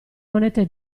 monete